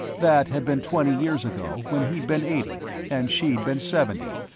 that had been twenty years ago, when he'd been eighty and she'd been seventy.